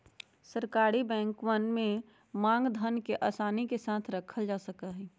सरकारी बैंकवन में मांग धन के आसानी के साथ रखल जा सका हई